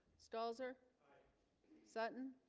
stalls her sutton